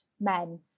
men